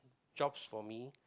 jobs for me